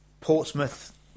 Portsmouth